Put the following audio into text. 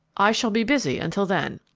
i shall be busy until then.